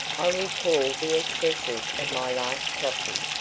i recalled the excesses of my last crossing,